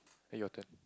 eh your turn